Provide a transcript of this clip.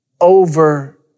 over